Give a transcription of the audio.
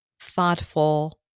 thoughtful